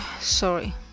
sorry